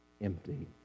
empty